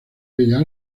bellas